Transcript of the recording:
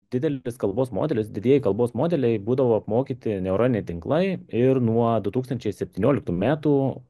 didelis tas kalbos modelis didieji kalbos modeliai būdavo apmokyti neuroniniai tinklai ir nuo du tūkstančiai septynioliktų metų